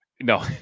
No